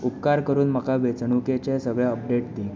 उपकार करून म्हाका वेंचणुकेचे सगळें अपडेट दी